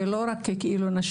ולא רק נשים,